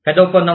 పెద్ద ఒప్పందం